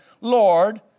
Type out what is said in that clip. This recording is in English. Lord